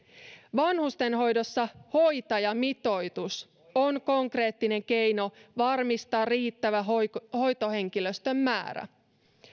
vanhustenhoidossa hoitajamitoitus on konkreettinen keino varmistaa riittävä hoitohenkilöstön määrä